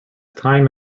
time